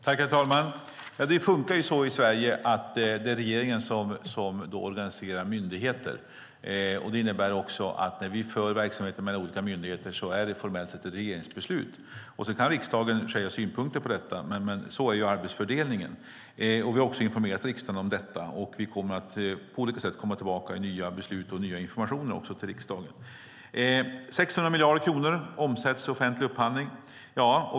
Herr talman! Det fungerar så i Sverige att det är regeringen som organiserar myndigheterna. Det innebär att när vi för verksamheter mellan olika myndigheter är det formellt sett ett regeringsbeslut. Sedan kan riksdagen i och för sig ha synpunkter på det, men sådan är arbetsfördelningen. Vi har informerat riksdagen och kommer att på olika sätt komma tillbaka med nya beslut och ny information till riksdagen. 600 miljarder kronor omsätts i offentlig upphandling, ja.